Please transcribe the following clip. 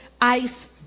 ice